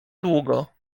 długo